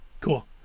cool